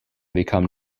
become